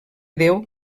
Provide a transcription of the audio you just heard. déu